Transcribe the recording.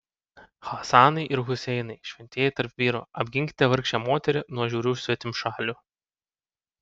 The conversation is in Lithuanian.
hasanai ir huseinai šventieji tarp vyrų apginkite vargšę moterį nuo žiaurių svetimšalių